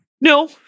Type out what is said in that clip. No